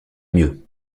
mieux